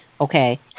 Okay